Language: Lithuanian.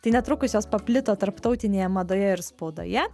tai netrukus jos paplito tarptautinėje madoje ir spaudoje